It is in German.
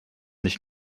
nicht